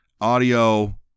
audio